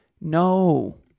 No